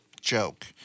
joke